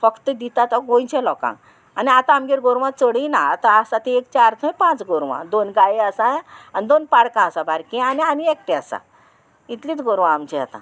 फक्त दिता तो गोंयच्या लोकांक आनी आतां आमगेर गोरवां चडय ना आतां आसा तीं एक चार ते पांच गोरवां दोन गायो आसा आनी दोन पाडकां आसा बारकी आनी आनी एकटें आसा इतलींच गोरवां आमचीं आतां